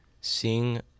seeing